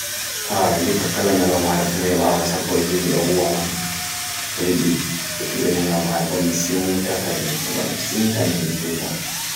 kaa ndi kakalanya law marafu meye ba awasapo ndi ndi do huwaman ndi ndi ndi ndi ndi ndi law marafu misi uta kadi, meye ba misi uta ndi misi uta